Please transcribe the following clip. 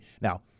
Now